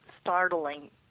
startling